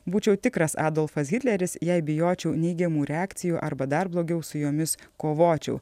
būčiau tikras adolfas hitleris jei bijočiau neigiamų reakcijų arba dar blogiau su jomis kovočiau